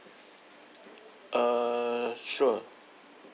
uh sure